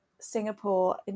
Singapore